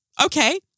Okay